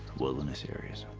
wilderness areas.